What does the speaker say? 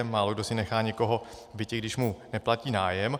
Málokdo si nechá někoho v bytě, když mu neplatí nájem.